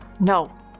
No